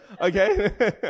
okay